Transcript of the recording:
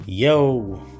Yo